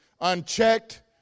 unchecked